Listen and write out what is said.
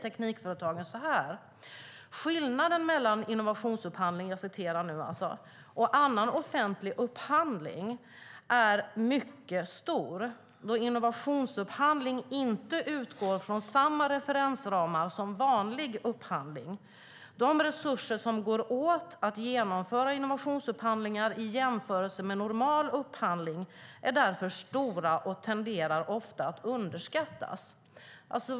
Teknikföretagen säger: "Skillnaden mellan innovationsupphandling och annan offentlig upphandling är mycket stor, då innovationsupphandling inte utgår från samma referensramar som vanlig upphandling. De resurser som går åt till att genomföra innovationsupphandlingar, i jämförelse med normal upphandling, är därför stora och tenderar ofta att underskattas."